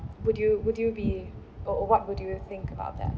would you would you be or or what would you think about that